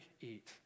eat